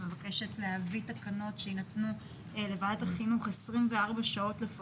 שמבקש להביא תקנות שייתנו לוועדת החינוך אפשרות לדון